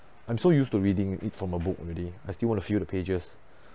I'm so used to reading it from a book already I still want to feel the pages